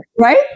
right